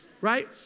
right